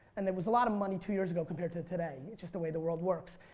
and it was a lot of money two years ago compared to today, just the way the world works.